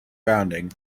founding